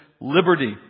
liberty